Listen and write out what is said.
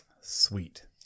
Sweet